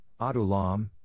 Adulam